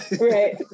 Right